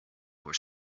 were